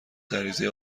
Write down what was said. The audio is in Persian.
غریزه